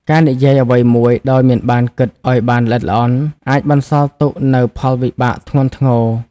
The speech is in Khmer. ការនិយាយអ្វីមួយដោយមិនបានគិតឱ្យបានល្អិតល្អន់ អាចបន្សល់ទុកនូវផលវិបាកធ្ងន់ធ្ងរ។